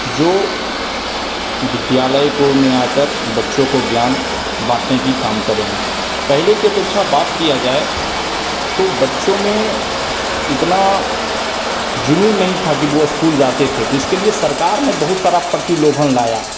जो विद्यालय को में आ कर बच्चो को ज्ञान बाँटने की काम करेंगे पहले की अपेक्षा बात किया जाए तो बच्चो में इतना जुनून नहीं था कि वो स्कूल जाते थे तो इसके लिए सरकार ने बहुत सारा प्रतिलोभन लाया